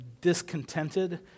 discontented